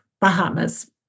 Bahamas